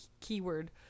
keyword